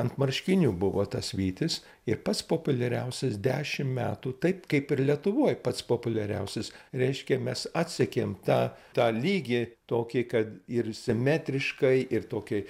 ant marškinių buvo tas vytis ir pats populiariausias dešimt metų taip kaip ir lietuvoj pats populiariausias reiškia mes atsekėme tą tą lygį tokį kad ir simetriškai ir tokį